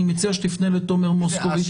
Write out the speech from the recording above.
אני מציע שתפנה לתומר מוסקוביץ.